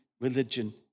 religion